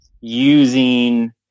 using